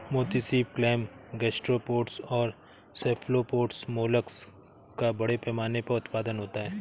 मोती सीप, clam, gastropods और सेफलोपोड्स मोलस्क का बड़े पैमाने पर उत्पादन होता है